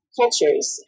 cultures